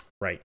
Right